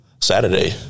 Saturday